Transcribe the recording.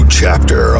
chapter